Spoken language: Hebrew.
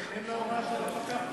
בהתאם להוראה של המפקחת.